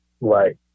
Right